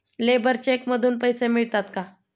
Labour cheque मधून पैसे मिळतात का?